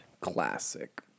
Classic